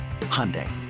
Hyundai